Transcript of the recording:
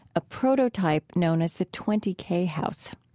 a prototype known as the twenty k house.